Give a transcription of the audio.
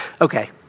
Okay